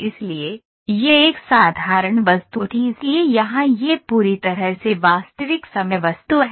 इसलिए यह एक साधारण वस्तु थी इसलिए यहां यह पूरी तरह से वास्तविक समय वस्तु है